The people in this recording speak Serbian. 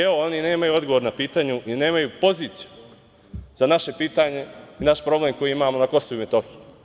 Evo, oni nemaju odgovor na pitanje i nemaju poziciju za naše pitanje i naš problem koji imamo na Kosovu i Metohiji.